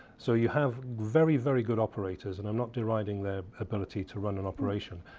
so you have very, very good operators and i'm not deriding their ability to run an operation,